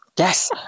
Yes